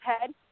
head